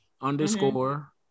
underscore